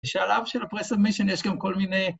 תשאר לאב של הפרסם מי שנשכם כל מיני